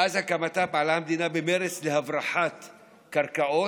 מאז הקמתה פעלה המדינה במרץ להברחת קרקעות.